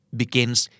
begins